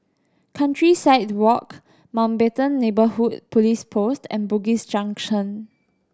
Countryside Walk Mountbatten Neighbourhood Police Post and Bugis Junction